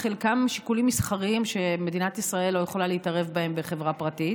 חלקם שיקולים מסחריים שמדינת ישראל לא יכולה להתערב בהם בחברה פרטית,